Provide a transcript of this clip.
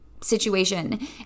situation